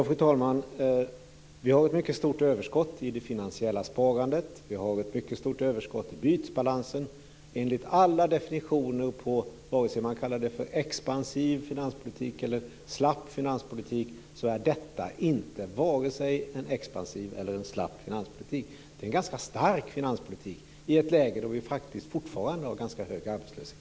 Fru talman! Vi har ett mycket stort överskott i det finansiella sparandet. Vi har ett mycket stort överskott i bytesbalansen. Enligt alla definitioner så är detta inte vare sig en expansiv eller slapp finanspolitik, vad man nu kallar det. Det är en ganska stark finanspolitik i ett läge då vi fortfarande har ganska hög arbetslöshet.